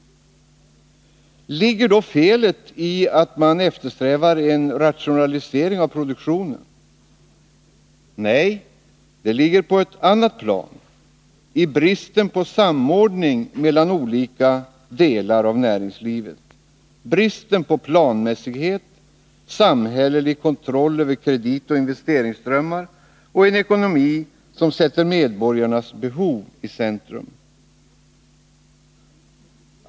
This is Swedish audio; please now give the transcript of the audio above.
Ligger då felet i att man eftersträvar en rationalisering av produktionen? Nej, det ligger på ett annat plan — i bristen på samordning mellan olika delar av näringslivet och i bristen på planmässighet, samhällelig kontroll över kreditoch investeringsströmmarna och en ekonomi som sätter medborgarnas behov i centrum.